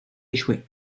échoué